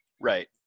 Right